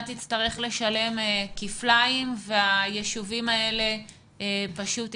תצטרך לשלם כפליים והיישובים האלה פשוט יקרסו.